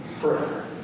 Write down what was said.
Forever